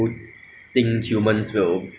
first that time the COVID started right then